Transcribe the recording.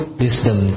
wisdom